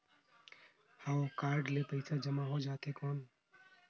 हव कारड ले पइसा जमा हो जाथे कौन?